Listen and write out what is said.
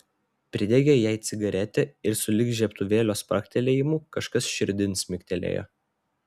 pridegė jai cigaretę ir sulig žiebtuvėlio spragtelėjimu kažkas širdin smigtelėjo